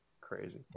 Crazy